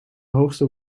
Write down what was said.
hoogste